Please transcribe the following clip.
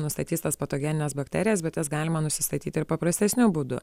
nustatys tas patogenines bakterijas bet jas galima nusistatyt ir paprastesniu būdu